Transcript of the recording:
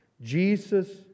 Jesus